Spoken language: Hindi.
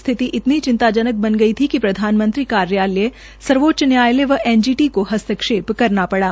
स्थिति इतनी चिंताजनक बन गई थी कि प्रधानमंत्री कार्यालय सर्वोच्च न्यायालय व एन जी टी को हस्तक्षेप करना पड़ा